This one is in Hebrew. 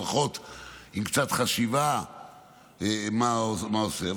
לפחות עם קצת חשיבה מה זה עושה.